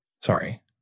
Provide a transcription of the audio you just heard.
Sorry